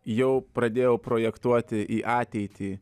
jau pradėjau projektuoti į ateitį